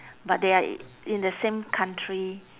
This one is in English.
but they are in the same country